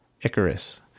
Icarus